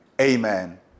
amen